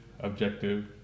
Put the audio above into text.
objective